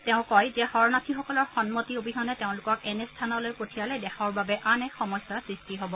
তেওঁ কয় যে শৰণাৰ্থীসকলৰ সন্মতি অবিহনে তেওঁলোকক এনে স্থানলৈ পঠিয়ালে দেশৰ বাবে আন এক সমস্যাৰ সৃষ্টি হব